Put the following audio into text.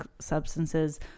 substances